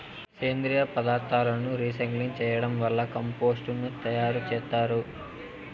సేంద్రీయ పదార్థాలను రీసైక్లింగ్ చేయడం వల్ల కంపోస్టు ను తయారు చేత్తారు